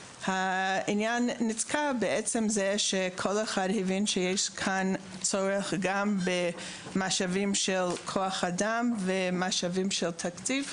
והעניין נתקע כשכל אחד הבין שיש כאן צורך במשאבים של כוח אדם ושל תקציב.